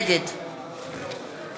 נגד